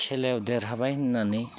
खेलायाव देरहाबाय होननानै